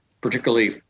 particularly